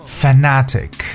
fanatic，